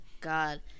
God